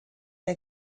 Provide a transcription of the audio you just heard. der